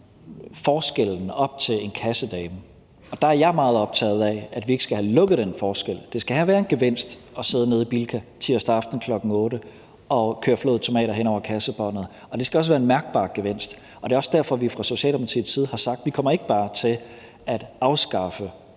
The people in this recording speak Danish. forskellen op til, hvad en kassedame tjener, og der er jeg meget optaget af, at vi ikke skal have fjernet den forskel. Der skal være en gevinst ved at sidde ved kassen i Bilka tirsdag aften kl. 20.00 og køre flåede tomater hen over kassebåndet, og det skal også være en mærkbar gevinst. Det er også derfor, vi fra Socialdemokratiets side har sagt, at vi ikke bare kommer til at afskaffe